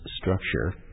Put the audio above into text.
structure